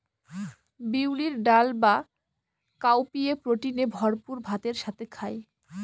বিউলির ডাল বা কাউপিএ প্রোটিনে ভরপুর ভাতের সাথে খায়